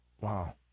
Wow